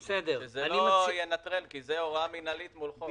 זאת הוראה מינהלית מול חוק.